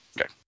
Okay